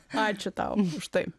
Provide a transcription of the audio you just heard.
ačiū tau už tai